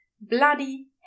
Bloody